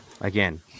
Again